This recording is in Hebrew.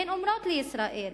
והן אומרות לישראל